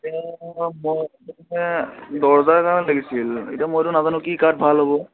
এতিয়া দৰজাৰ কাৰণে লাগিছিল এতিয়া মইতো নাজানো কি কাঠ ভাল হ'ব